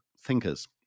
thinkers